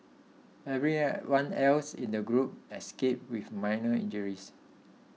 every one else in the group escaped with minor injuries